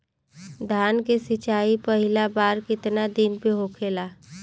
धान के सिचाई पहिला बार कितना दिन पे होखेला?